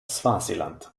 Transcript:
swasiland